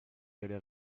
délai